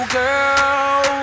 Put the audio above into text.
girl